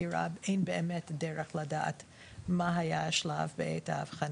פטירה אין באמת דרך לדעת מה היה שלב האבחנה,